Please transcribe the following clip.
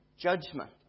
judgment